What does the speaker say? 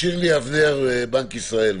שירלי אבנר, בנק ישראל,